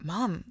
Mom